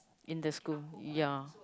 in the school ya